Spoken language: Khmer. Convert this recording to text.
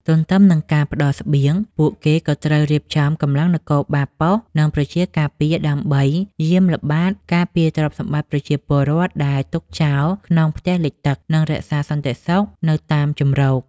ទន្ទឹមនឹងការផ្ដល់ស្បៀង ពួកគេក៏ត្រូវរៀបចំកម្លាំងនគរបាលប៉ុស្តិ៍ និងប្រជាការពារដើម្បីយាមល្បាតការពារទ្រព្យសម្បត្តិប្រជាពលរដ្ឋដែលទុកចោលក្នុងផ្ទះលិចទឹក និងរក្សាសន្តិសុខនៅតាមជម្រក។